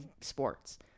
sports